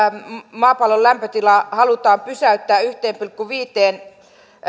maapallon lämpötilan nousu halutaan pysäyttää yhteen pilkku viiteen